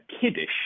kiddish